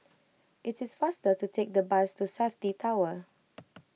it is faster to take the bus to Safti Tower